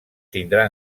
tindrà